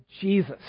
Jesus